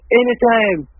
anytime